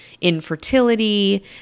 infertility